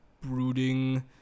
brooding